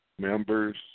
members